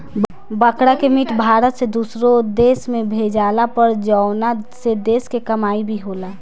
बकरा के मीट भारत से दुसरो देश में भेजाला पर जवना से देश के कमाई भी होला